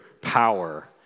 power